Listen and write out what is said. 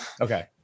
Okay